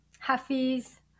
Hafiz